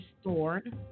Stored